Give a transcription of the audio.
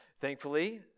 Thankfully